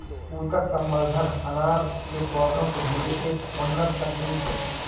ऊतक संवर्धन अनार के पौधों के लिए एक उन्नत तकनीक है